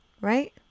right